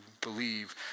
believe